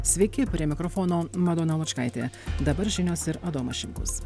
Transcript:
sveiki prie mikrofono madona lučkaitė dabar žinios ir adomas šimkus